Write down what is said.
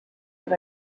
that